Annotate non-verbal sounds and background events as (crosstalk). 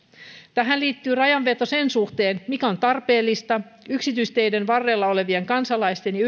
tähän liittyy rajanveto sen suhteen mikä on tarpeellista yksityisteiden varrella olevien kansalaisten ja (unintelligible)